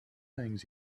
things